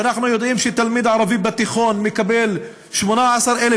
ואנחנו יודעים שתלמיד ערבי בתיכון מקבל 18,000